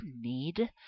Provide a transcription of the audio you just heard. need